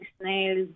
snails